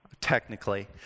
technically